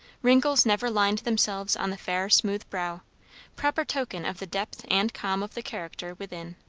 wrinkles never lined themselves on the fair smooth brow proper token of the depth and calm of the character within.